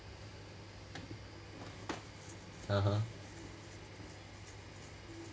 (uh huh)